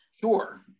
Sure